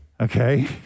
Okay